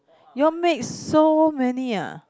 you all make so many ah